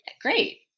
Great